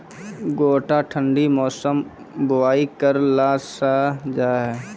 गोटा ठंडी मौसम बुवाई करऽ लो जा?